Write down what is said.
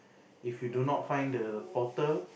if you do not find the portal